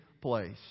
place